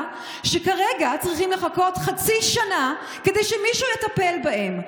שכרגע צריכים לחכות חצי שנה כדי שמישהו יטפל בהם.